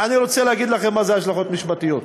אני רוצה להגיד לכם מה הן השלכות משפטיות.